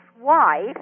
wife